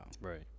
right